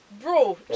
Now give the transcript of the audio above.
Bro